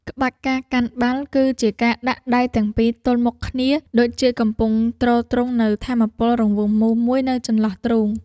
ក្បាច់ ការកាន់បាល់ គឺជាការដាក់ដៃទាំងពីរទល់មុខគ្នាដូចជាកំពុងទ្រទ្រង់នូវថាមពលរង្វង់មូលមួយនៅចន្លោះទ្រូង។